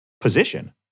position